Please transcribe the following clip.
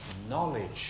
knowledge